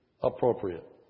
appropriate